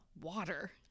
Water